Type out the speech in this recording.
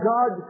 God